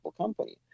company